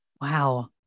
Wow